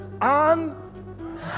on